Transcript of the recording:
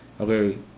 okay